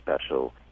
special